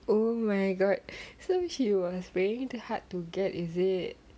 oh my god so she was playing hard to get is it